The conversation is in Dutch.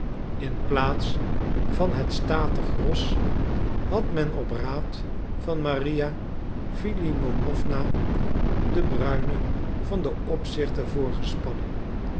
in plaats van het statig ros had men op raad van maria filimonowna den bruine van den